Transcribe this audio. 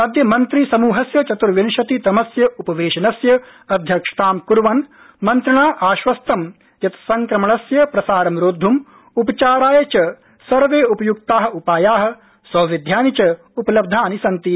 अद्य मन्त्रिसमृहस्य चतुर्विंशतितमस्य उपवेशनस्य अध्यक्षतां क्वन् मन्त्रिणा आश्वस्तं यत् संक्रमणस्य प्रसारं रोद्वम् उपचाराय च सर्वे उपयुक्ता उपाया सौविध्यानि च उपलब्धानि सन्ति